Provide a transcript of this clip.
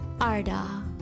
Arda